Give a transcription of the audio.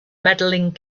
medaling